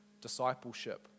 Discipleship